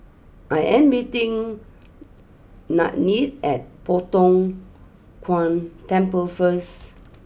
I am meeting Nannette at Poh Tiong Kiong Temple first